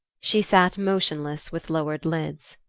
she sat motionless, with lowered lids.